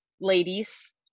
ladies